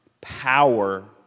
power